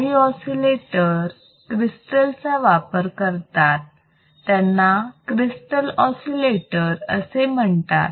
काही oscillator crystal चा वापर करतात त्यांना क्रिस्टल ऑसिलेटर असे म्हणतात